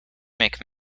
make